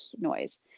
noise